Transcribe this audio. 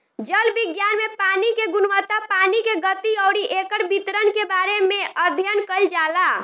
जल विज्ञान में पानी के गुणवत्ता पानी के गति अउरी एकर वितरण के बारे में अध्ययन कईल जाला